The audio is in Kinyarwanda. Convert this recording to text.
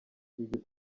iryo